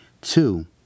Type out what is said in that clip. Two